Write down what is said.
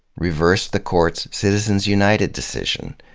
reverse the court's citizens united decision.